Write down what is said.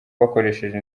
bakoresheje